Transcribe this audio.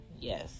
Yes